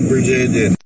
Virginia